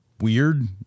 weird